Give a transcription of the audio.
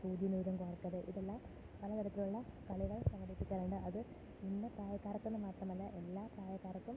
സൂചിയും നൂലും കോര്ക്കല് ഇതെല്ലാം പലതരത്തിലുള്ള കളികൾ സംഘടിപ്പിക്കാറുണ്ട് അത് ഇന്ന പ്രായക്കാര്ക്കെന്നു മാത്രമല്ല എല്ലാ പ്രായക്കാര്ക്കും